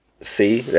see